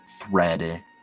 thread